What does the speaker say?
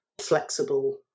flexible